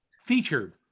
featured